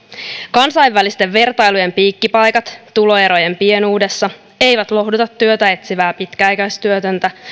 kansainvälisten vertailujen piikkipaikat tuloerojen pienuudessa eivät lohduta työtä etsivää pitkäaikaistyötöntä